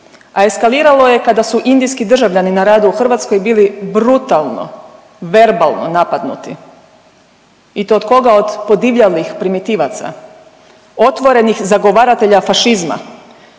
a eskaliralo je kada su indijski državljani na radu u Hrvatskoj bili brutalno verbalno napadnuti i to od koga? Od podivljalih primitivaca otvorenih zagovaratelja fašizma